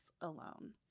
alone